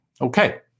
Okay